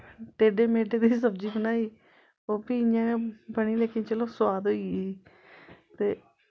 टेडे मेडे दी सब्जी बनाई ओह् बी इ'यां गै बनी लेकिन चलो सोआद होई गेई ही ते